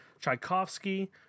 Tchaikovsky